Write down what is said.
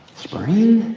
spring,